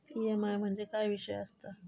EMI म्हणजे काय विषय आसता?